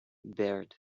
beard